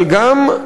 אבל גם,